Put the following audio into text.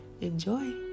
enjoy